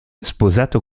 sposato